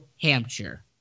Hampshire